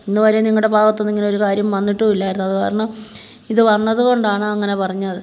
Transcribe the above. ഇന്ന് വരെ നിങ്ങടെ ഭാഗത്തുന്നു ഇങ്ങനെ ഒരു കാര്യം വന്നിട്ടു ഇല്ലായിരുന്നു അത് കാരണം ഇത് വന്നത് കൊണ്ടാണ് അങ്ങനെ പറഞ്ഞത്